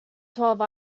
twelve